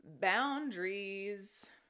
Boundaries